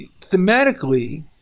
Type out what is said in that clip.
thematically